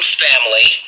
family